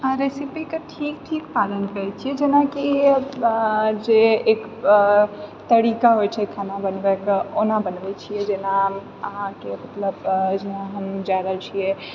हँ रेसिपीके ठीक ठीक पालन करैत छिऐ जेनाकि जे एक तरीका होइत छै खाना बनबैके ओना बनबै छिऐ जेना अहाँकेँ मतलब जेना हम जाए रहल छिऐ